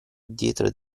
dietro